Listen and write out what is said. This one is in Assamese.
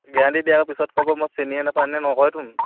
গেৰাণ্টি দিয়াৰ পিছত মই চিনিয়েই নাপাওঁ এনেই নকয়তোন